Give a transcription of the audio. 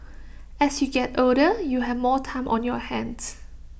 as you get older you have more time on your hands